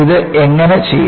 ഇത് എങ്ങനെ ചെയ്യും